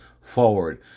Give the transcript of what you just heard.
forward